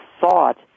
thought